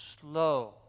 slow